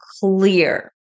clear